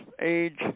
age